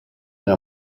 alla